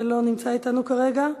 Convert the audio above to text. לא נמצא אתנו כרגע.